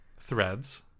Threads